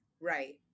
Right